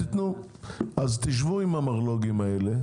אז תשבו עם המרלו"גים האלה,